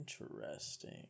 interesting